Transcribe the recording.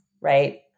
right